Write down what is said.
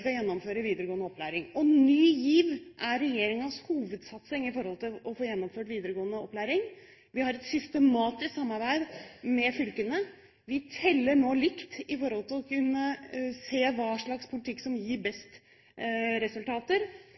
skal gjennomføre videregående opplæring. Ny GIV er regjeringens hovedsatsing i forhold til å få gjennomført videregående opplæring. Vi har et systematisk samarbeid med fylkene. Vi teller nå likt i forhold til å kunne se hva slags politikk som gir best resultater.